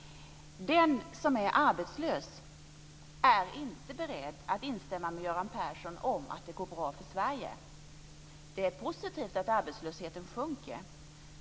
Den som är arbetslös är inte beredd att instämma med Göran Persson om att det går bra för Sverige. Det är positivt att arbetslösheten sjunker.